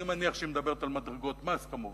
אני מניח שהיא מדברת על מדרגות מס כמובן.